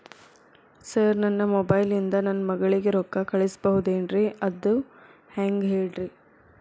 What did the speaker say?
sir ನನ್ನ mobile ಇಂದ ನನ್ನ ಮಗಳಿಗೆ ರೊಕ್ಕಾ ಕಳಿಸಬಹುದೇನ್ರಿ ಅದು ಹೆಂಗ್ ಹೇಳ್ರಿ